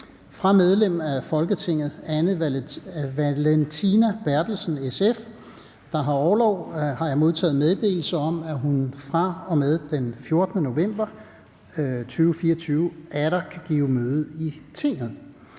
Fra medlem af Folketinget Anne Valentina Berthelsen (SF), der har orlov, har jeg modtaget meddelelse om, at hun fra med den 14. november 2024 atter kan give møde i Tinget.